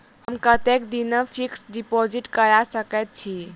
हम कतेक दिनक फिक्स्ड डिपोजिट करा सकैत छी?